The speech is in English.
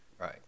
Right